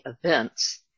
events